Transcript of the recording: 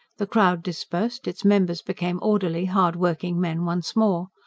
the crowd dispersed its members became orderly, hard-working men once more.